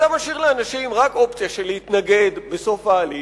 אתה משאיר לאנשים רק אופציה של להתנגד בסוף ההליך,